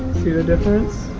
see the difference?